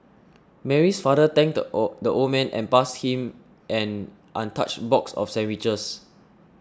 Mary's father thanked the odd the old man and passed him an untouched box of sandwiches